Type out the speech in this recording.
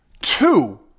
Two